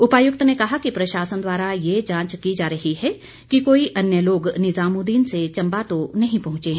उपायुक्त ने कहा कि प्रशासन द्वारा ये जांच की जा रही है कि कोई अन्य लोग निजामुदीन से चम्बा तो नहीं पहुंचे हैं